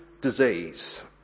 disease